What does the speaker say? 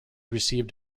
received